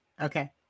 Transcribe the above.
Okay